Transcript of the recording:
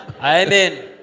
Amen